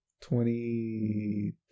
Twenty